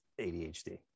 ADHD